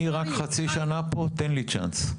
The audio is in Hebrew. אני רק חצי שנה פה, תן לי צ׳אנס.